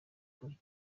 gihombo